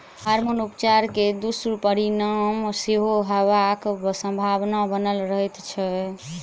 hormone उपचार के दुष्परिणाम सेहो होयबाक संभावना बनल रहैत छै